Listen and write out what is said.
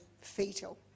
fetal